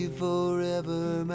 forever